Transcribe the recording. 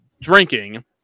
drinking